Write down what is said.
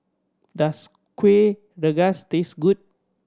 does Kueh Rengas taste good